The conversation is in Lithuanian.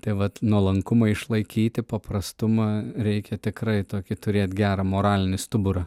tai vat nuolankumą išlaikyti paprastumą reikia tikrai tokį turėt gerą moralinį stuburą